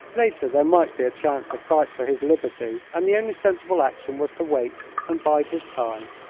later there might be a chance to fight for his liberty, and the only sensible action was to wait and bide his time.